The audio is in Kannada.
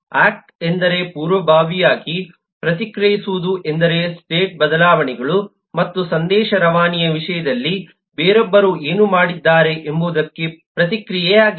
ಆಕ್ಟ್ ಎಂದರೆ ಪೂರ್ವಭಾವಿಯಾಗಿ ಪ್ರತಿಕ್ರಿಯಿಸುವುದು ಎಂದರೆ ಸ್ಟೇಟ್ ಬದಲಾವಣೆಗಳು ಮತ್ತು ಸಂದೇಶ ರವಾನೆಯ ವಿಷಯದಲ್ಲಿ ಬೇರೊಬ್ಬರು ಏನು ಮಾಡಿದ್ದಾರೆ ಎಂಬುದಕ್ಕೆ ಪ್ರತಿಕ್ರಿಯೆಯಾಗಿದೆ